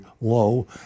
low